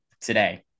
today